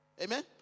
Amen